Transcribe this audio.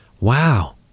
Wow